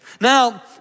Now